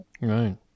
Right